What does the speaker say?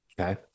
okay